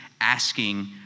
asking